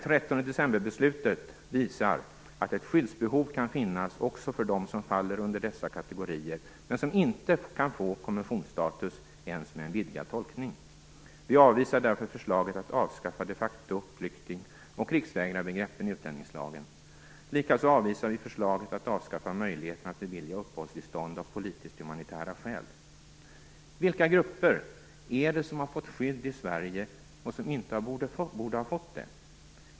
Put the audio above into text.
13 december-beslutet visar att ett skyddsbehov kan finnas också för dem som faller under dessa kategorier, men som inte kan få konventionsstatus ens med en vidgad tolkning. Vi avvisar därför förslaget att avskaffa de facto-flykting och krigsvägrarbegreppen i utlänningslagen. Likaså avvisar vi förslaget att avskaffa möjligheten att bevilja uppehållstillstånd av politisk-humanitära skäl. Vilka grupper är det som har fått skydd i Sverige och som inte borde ha fått det?